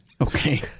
Okay